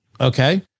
Okay